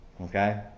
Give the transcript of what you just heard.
Okay